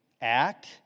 act